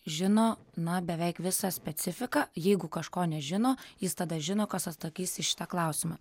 žino na beveik visą specifiką jeigu kažko nežino jis tada žino kas atsakys į šitą klausimą